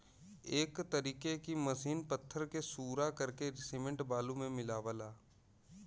एक तरीके की मसीन पत्थर के सूरा करके सिमेंट बालू मे मिलावला